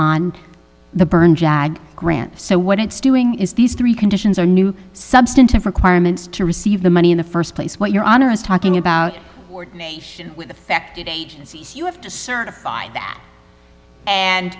on the byrne jag grant so what it's doing is these three conditions are new substantive requirements to receive the money in the st place what your honor is talking about ordination with affected agencies you have to certify